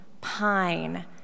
pine